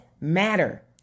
matter